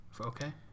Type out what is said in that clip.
Okay